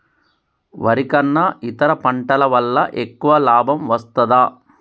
వరి కన్నా ఇతర పంటల వల్ల ఎక్కువ లాభం వస్తదా?